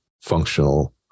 functional